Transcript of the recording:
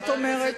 שלוש שנים היית,